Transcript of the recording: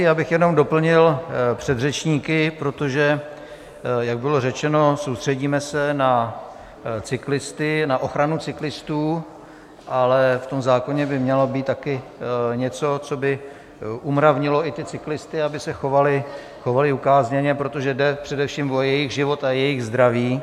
Já bych jenom doplnil předřečníky, protože jak bylo řečeno, soustředíme se na cyklisty, na ochranu cyklistů, ale v tom zákoně by mělo být taky něco, co by umravnilo i ty cyklisty, aby se chovali ukázněně, protože jde především o jejich život a jejich zdraví.